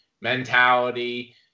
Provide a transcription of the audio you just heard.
mentality